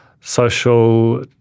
social